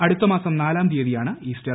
അടുത്ത മാസം നാലാം തീയതിയാണ് ഈസ്റ്റർ